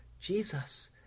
Jesus